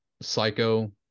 psycho